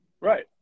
Right